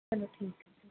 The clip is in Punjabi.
ਚਲੋ ਠੀਕ ਹੈ